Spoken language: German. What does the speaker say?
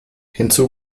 hinzu